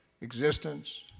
existence